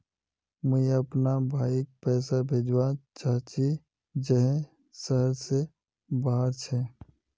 मुई अपना भाईक पैसा भेजवा चहची जहें शहर से बहार छे